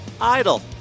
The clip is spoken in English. idle